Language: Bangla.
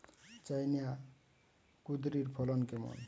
চায়না কুঁদরীর ফলন কেমন?